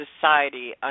society